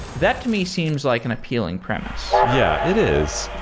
that, to me, seems like an appealing premise. yeah, it is.